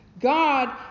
God